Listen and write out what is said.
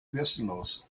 bürstenlos